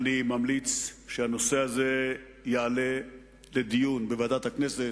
אני ממליץ שהנושא הזה יעלה לדיון בוועדת הכנסת,